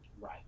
Right